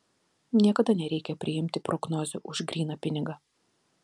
niekada nereikia priimti prognozių už gryną pinigą